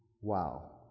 Wow